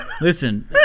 listen